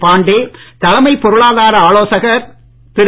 பாண்டே தலைமை பொருளாதார ஆலோசகர் திரு